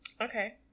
Okay